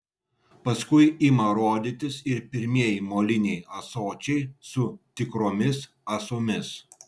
paskui ima rodytis ir pirmieji moliniai ąsočiai su tikromis ąsomis